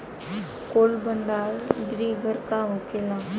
Cold भण्डार गृह का होखेला?